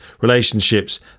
relationships